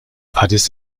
addis